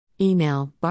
Email